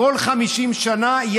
כל 50 שנה,